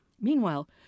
Meanwhile